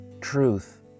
truth